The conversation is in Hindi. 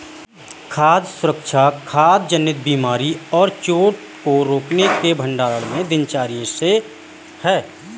खाद्य सुरक्षा खाद्य जनित बीमारी और चोट को रोकने के भंडारण में दिनचर्या से है